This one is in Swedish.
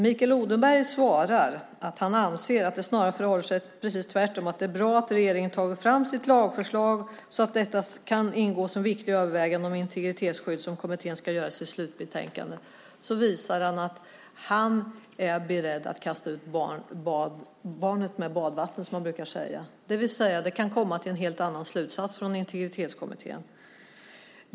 Mikael Odenberg svarar att han anser att det snarare förhåller sig precis tvärtom och att det är bra att regeringen har tagit fram sitt lagförslag så att detta kan ingå vid de viktiga överväganden om integritetsskydd som kommittén ska göra i sitt slutbetänkande. Han visar då att han är beredd att kasta ut barnet med badvattnet, som man brukar säga, det vill säga att Integritetsskyddskommittén kan komma till en helt annan slutsats.